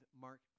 Mark